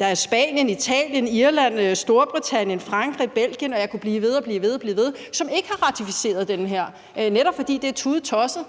er Spanien, Italien, Irland, Storbritannien, Frankrig, Belgien, og jeg kunne blive ved – som ikke har ratificeret den her konvention, netop fordi det er tudetosset